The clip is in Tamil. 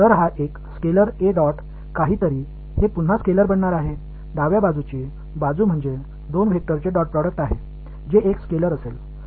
எனவே இது ஒரு ஸ்கேலார் A டாட் இது மீண்டும் ஒரு ஸ்கேலார் ஆக இருக்கும் இடது புறம் என்பது இரண்டு வெக்டர்களின் டாட் ப்ரோடெக்ட் அது ஸ்கேலார் ஆக இருக்கும்